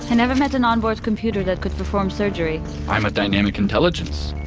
and never met an onboard computer that could perform surgery i'm a dynamic intelligence.